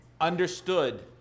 understood